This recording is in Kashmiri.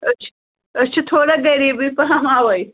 أسۍ چھِ أسۍ چھِ تھوڑا غیریٖبٕے پہم اَوے